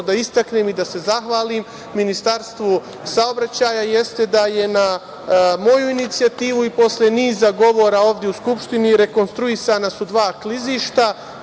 da istaknem i da se zahvalim Ministarstvu saobraćaja, jeste da je na moju inicijativu i posle niza govora ovde u Skupštini, rekonstruisana su dva klizišta,